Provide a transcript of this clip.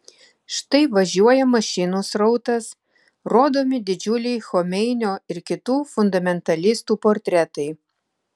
štai važiuoja mašinų srautas rodomi didžiuliai chomeinio ir kitų fundamentalistų portretai